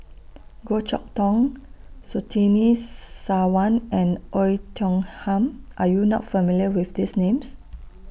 Goh Chok Tong Surtini Sarwan and Oei Tiong Ham Are YOU not familiar with These Names